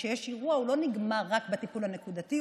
כשיש אירוע הוא לא נגמר רק בטיפול הנקודתי,